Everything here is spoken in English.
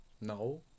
No